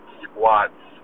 squats